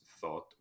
thought